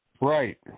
Right